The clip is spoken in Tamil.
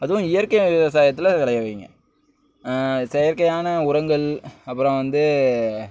அதுவும் இயற்கை விவசாயத்தில் விளைவிங்க செயற்கையான உரங்கள் அப்புறம் வந்து